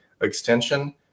extension